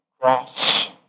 cross